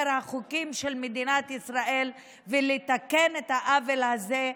החוקים של מדינת ישראל ולתקן את העוול הזה.